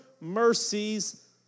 mercies